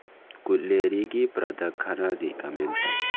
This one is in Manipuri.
ꯀꯨꯠꯂꯦꯔꯤꯒꯤ ꯄ꯭ꯔꯗꯛ ꯈꯔ ꯔꯤꯀꯃꯦꯟ ꯇꯧ